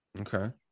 okay